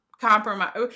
compromise